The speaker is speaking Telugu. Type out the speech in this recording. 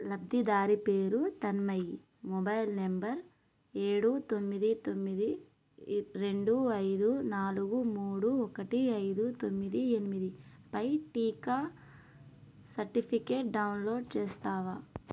లబ్ధిదారి పేరు తన్మయి మొబైల్ నంబర్ ఏడు తొమ్మిది తొమ్మిది రెండు ఐదు నాలుగు మూడు ఒకటి ఐదు తొమ్మిది ఎనిమిది పై టీకా సర్టిఫికేట్ డౌన్లోడ్ చేస్తావా